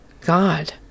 God